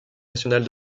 nationale